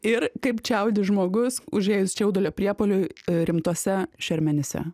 ir kaip čiaudi žmogus užėjus čiaudulio priepuoliui rimtose šermenyse